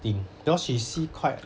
thing because she see quite